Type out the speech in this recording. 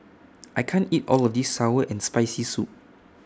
I can't eat All of This Sour and Spicy Soup